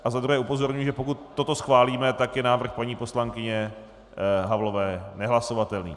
A za druhé upozorňuji, že pokud toto schválíme, je návrh paní poslankyně Havlové nehlasovatelný.